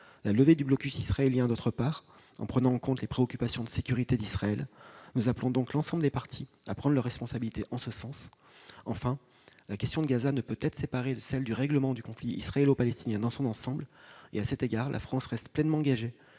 la levée du blocus israélien, d'autre part, en prenant en compte les préoccupations de sécurité d'Israël. Nous appelons donc l'ensemble des parties à prendre leurs responsabilités en ce sens. Enfin, la question de Gaza ne peut être séparée de celle du règlement du conflit israélo-palestinien dans son ensemble. À cet égard, notre pays reste pleinement engagé